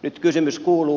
nyt kysymys kuuluu